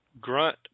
grunt